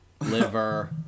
Liver